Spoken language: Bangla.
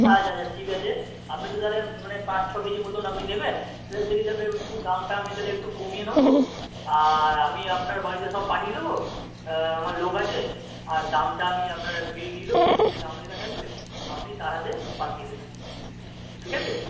আচ্ছা আচ্ছা ঠিক আছে আপনি তো তাহলে মানে পাঁচ ছ কেজি মতোন আপনি নেবেন সে সেই হিসাবে একটু দামটা আমি তাহলে একটু কমিয়ে নোবো আর আমি আপনার বাড়িতে সব পাঠিয়ে দবো আমার লোক আছে আর দামটা আমি আপনার বিল দিয়ে দোবো সেই বিলে দাম লেখা থাকবে আপনি তার আগে পাঠিয়ে দেবেন ঠিক আছে